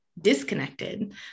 disconnected